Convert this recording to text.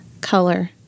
Color